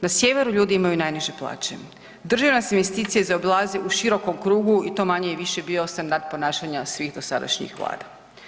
Na sjeveru ljudi imaju najniže plaće, državne nas investicije zaobilaze u širokom krugu i to manje i više bio je standard ponašanja svih dosadašnjih vlada.